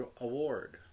award